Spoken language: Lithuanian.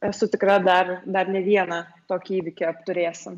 esu tikra dar dar ne vieną tokį įvykį apturėsim